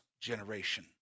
generation